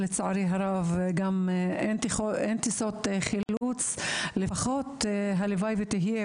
לצערי הרב, אין טיסות חילוץ, הלוואי ויהיה.